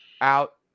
out